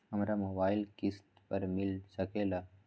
हमरा मोबाइल किस्त पर मिल सकेला?